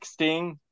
texting